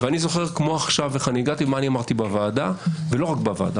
אני זוכר כמו עכשיו איך אני הגעתי ומה אני אמרתי בוועדה ולא רק בוועדה.